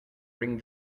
ring